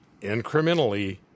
Incrementally